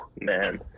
Man